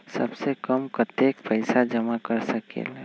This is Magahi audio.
सबसे कम कतेक पैसा जमा कर सकेल?